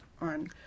on